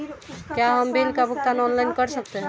क्या हम बिल का भुगतान ऑनलाइन कर सकते हैं?